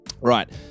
Right